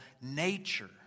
nature